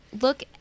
look